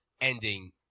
ending